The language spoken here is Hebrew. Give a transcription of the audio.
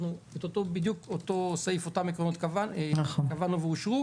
בדיוק אותו סעיף ואותם עקרונות קבענו ואושרו,